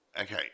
Okay